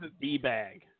D-bag